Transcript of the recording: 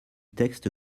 texte